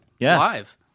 live